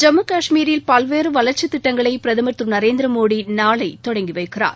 ஜம்முகஷ்மீரில் பல்வேறு வளர்ச்சி திட்டங்களை பிரதமர் திரு நரேந்திரமோடி நாளை தொடங்கி வைக்கிறார்